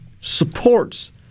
supports